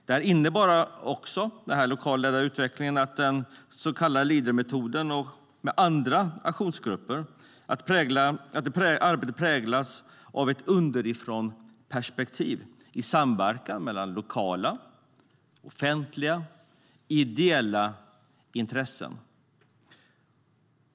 Denna lokalt ledda utveckling och den så kallade Leadermetoden med andra aktionsgrupper innebär också att arbetet präglas av ett underifrånperspektiv i samverkan mellan privata, offentliga och ideella intressen.